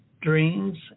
dreams